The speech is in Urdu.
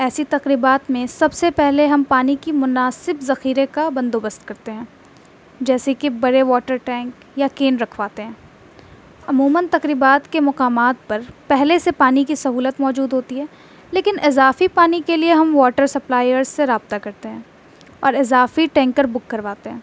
ایسی تقریبات میں سب سے پہلے ہم پانی کی مناسب ذخیرے کا بندوبست کرتے ہیں جیسے کہ بڑے واٹر ٹینک یا کین رکھواتے ہیں عموماً تقریبات کے مقامات پر پہلے سے پانی کی سہولت موجود ہوتی ہے لیکن اضافی پانی کے لیے ہم واٹر سپلائر سے رابطہ کرتے ہیں اور اضافی ٹینکر بک کرواتے ہیں